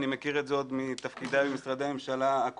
אני מכיר את זה עוד מתפקידי במשרדי הממשלה הקודמים,